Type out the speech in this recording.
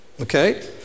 okay